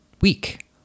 week